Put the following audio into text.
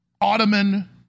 Ottoman